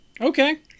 Okay